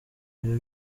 ibyo